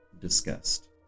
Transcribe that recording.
discussed